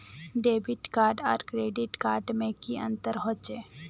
Debit card आर credit card में की अंतर होचे?